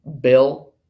Bill